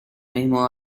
mismo